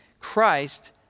Christ